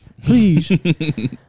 Please